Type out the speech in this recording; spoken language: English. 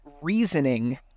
reasoning